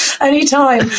anytime